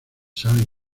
sabe